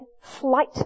flight